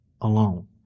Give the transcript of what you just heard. alone